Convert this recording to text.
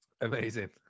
Amazing